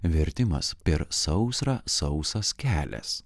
vertimas per sausrą sausas kelias